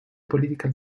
political